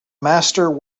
master